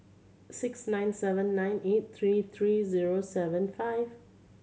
six nine seven nine eight three three zero seven five